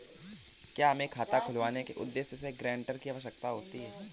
क्या हमें खाता खुलवाने के उद्देश्य से गैरेंटर की आवश्यकता होती है?